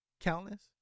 Countless